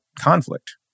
conflict